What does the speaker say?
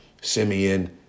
Simeon